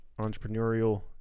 Entrepreneurial